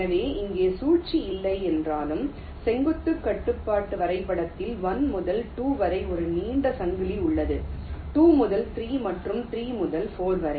எனவே இங்கே சுழற்சி இல்லை என்றாலும் செங்குத்து கட்டுப்பாட்டு வரைபடத்தில் 1 முதல் 2 வரை ஒரு நீண்ட சங்கிலி உள்ளது 2 முதல் 3 மற்றும் 3 முதல் 4 வரை